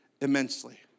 immensely